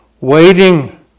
waiting